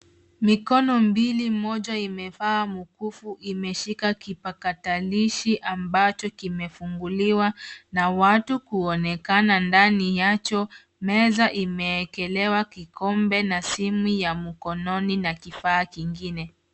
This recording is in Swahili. Mikono mbili, moja imevaa mkufu imeshika kipakatalishi ambacho kimefunguliwa na watu kuonekana ndani yacho. Meza imeekelewa kikombe na simu ya mkononi na kifaa kingine.